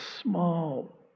small